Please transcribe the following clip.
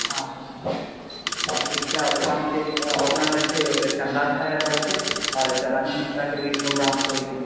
हँ हँ एकटा ओकरा मे छै ओकरा मे छै चन्दा झा आबि रहल छै और एकटा रानी मिश्रा के भी प्रोग्राम छै ओहिदिन